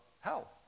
hell